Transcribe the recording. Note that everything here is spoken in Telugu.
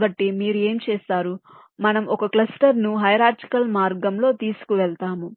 కాబట్టి మీరు ఏమి చేస్తారు మనము మన క్లస్టర్ను హిరార్చికల్ మార్గంలో తీసుకువెళతాము